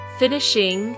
finishing